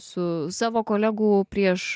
su savo kolegų prieš